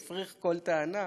מפריך כל טענה,